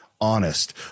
honest